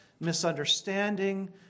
misunderstanding